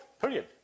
Period